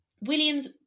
Williams